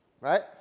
right